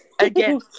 again